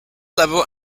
level